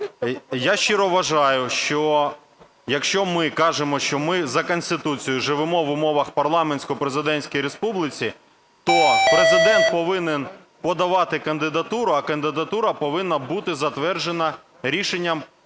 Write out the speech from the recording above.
Я щиро вважаю, що якщо ми кажемо, що ми за Конституцією живемо в умовах парламентсько-президентської республіки, то Президент повинен подавати кандидатуру, а кандидатура повинна бути затверджена рішенням